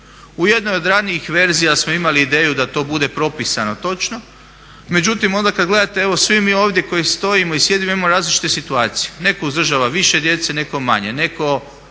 U jednoj od ranijih verzija smo imali ideju da to bude propisano točno, međutim onda kad gledate evo svi mi ovdje koji stoji i sjedimo imamo različite situacije. Netko uzdržava više djece, netko manje, nekom